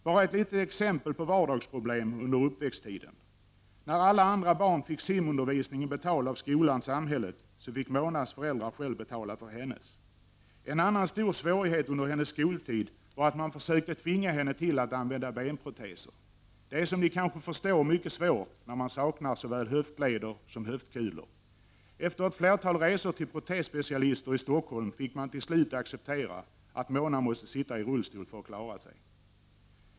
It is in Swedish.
Bara ett litet exempel på vardagsproblem under uppväxttiden. När alla andra barn fick simundervisning betald av skolan/samhället, fick Monas föräldrar själva betala för hennes. En annan stor svårighet under hennes skoltid var att man försökte tvinga henne till att använda benproteser. Det är, som ni kanske förstår, mycket svårt när man saknar såväl höftleder som höftkulor. Efter ett flertal resor till protesspecialister i Stockholm fick man till slut acceptera att Mona måste sitta i rullstol för att klara sig.